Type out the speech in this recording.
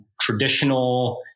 traditional